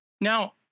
Now